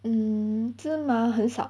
mm 芝麻很少